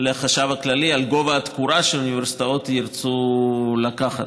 לחשב הכללי על גובה התקורה שהאוניברסיטאות ירצו לקחת,